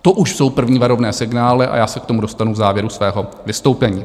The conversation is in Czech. To už jsou první varovné signály a já se k tomu dostanu v závěru svého vystoupení.